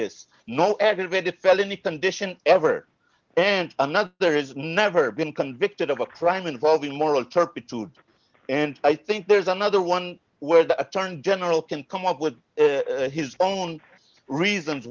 this no aggravated felony condition ever and another there is never been convicted of a crime involving moral turpitude and i think there's another one where the attorney general can come up with his own reasons